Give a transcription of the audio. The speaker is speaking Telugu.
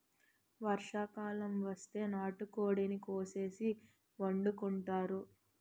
వర్షాకాలం వస్తే నాటుకోడిని కోసేసి వండుకుంతారు